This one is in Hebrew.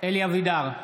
אלי אבידר,